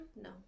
No